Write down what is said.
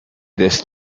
this